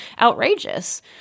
outrageous